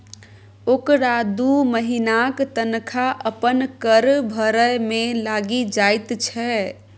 ओकरा दू महिनाक तनखा अपन कर भरय मे लागि जाइत छै